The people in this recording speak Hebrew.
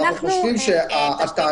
אבל אנחנו חושבים שהתהליך